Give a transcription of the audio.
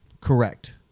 Correct